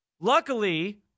Luckily